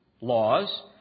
laws